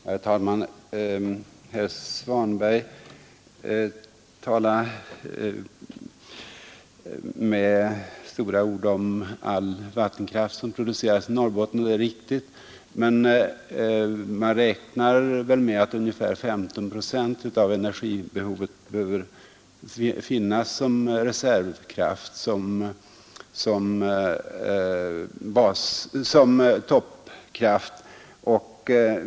Herr talman! Herr Svanberg talade om all vattenkraft som produceras i Norrbotten, och det är riktigt. Men man räknar väl med att ungefär 15 procent av energibehovet bör finnas som reservkraft, som toppkraft.